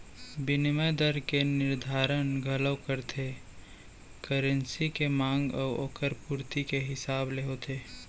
बिनिमय दर के निरधारन घलौ करथे करेंसी के मांग अउ ओकर पुरती के हिसाब ले होथे